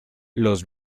los